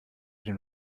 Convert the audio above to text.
den